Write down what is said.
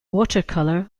watercolour